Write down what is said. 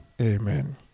Amen